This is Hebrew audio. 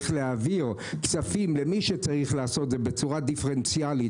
איך להעביר כספים למי שצריך בצורה דיפרנציאלית,